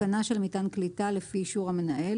"התקנה של מיתקן קליטה, לפי אישור המנהל